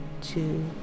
two